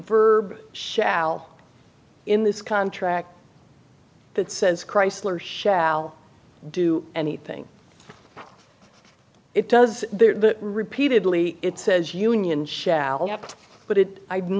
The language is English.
verb shall in this contract that says chrysler shall do anything it does repeatedly it says union share but i